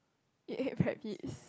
you ate rabbit's